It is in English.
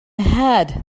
had